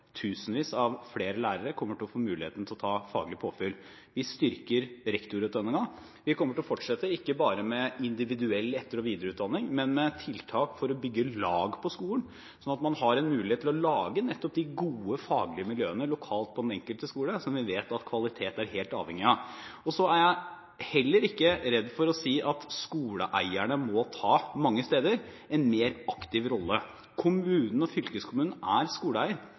tusenvis flere lærere kommer til å få muligheten til faglig påfyll. Vi styrker rektorutdanningen. Vi kommer til å fortsette, ikke bare med individuell etter- og videreutdanning, men med tiltak for å bygge lag på skolen, sånn at man har en mulighet til å lage nettopp de gode faglige miljøene lokalt på den enkelte skole, som vi vet at kvalitet er helt avhengig av. Jeg er heller ikke redd for å si at skoleeierne – mange steder – må ta en mer aktiv rolle. Kommunen og fylkeskommunen er skoleeier,